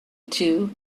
two